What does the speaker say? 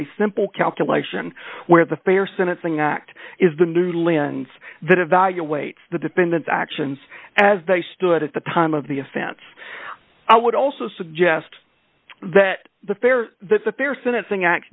a simple calculation where the fair sentencing act is the new lens that evaluates the defendant's actions as they stood at the time of the offense i would also suggest that the fair the fair sentencing act